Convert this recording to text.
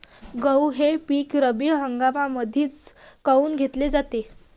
गहू हे पिक रब्बी हंगामामंदीच काऊन घेतले जाते?